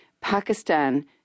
Pakistan